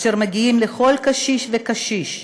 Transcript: אשר מגיעים לכל קשיש וקשיש,